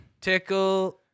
tickle